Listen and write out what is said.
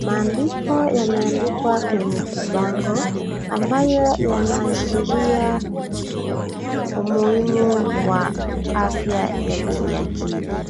Maandiko yameandikwa kwenye kibango ambayo yanaashiria umuhimu wa afya ya akili.